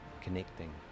connecting